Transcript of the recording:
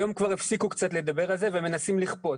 והיום הפסיקו לדבר על זה ומנסים לכפות.